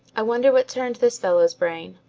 i wonder what turned this fellow's brain.